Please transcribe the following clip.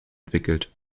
entwickelt